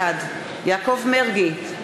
בעד יעקב מרגי,